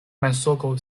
mensogo